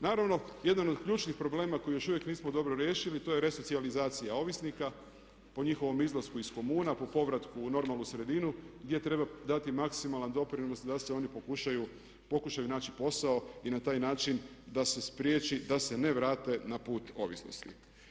Naravno, jedan od ključnih problema koji još uvijek nismo dobro riješili to je resocijalizacija ovisnika po njihovom izlasku iz komuna, po povratku u normalnu sredinu gdje treba dati maksimalan doprinos da se oni pokušaju naći posao i na taj način da se spriječi da se ne vrate na put ovisnosti.